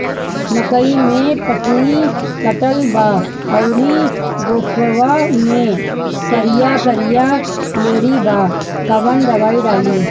मकई में पतयी कटल बा अउरी गोफवा मैं करिया करिया लेढ़ी बा कवन दवाई डाली?